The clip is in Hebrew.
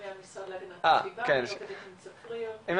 צפריר,